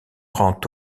rend